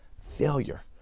Failure